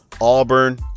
Auburn